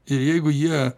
ir jeigu jie